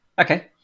Okay